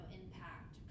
impact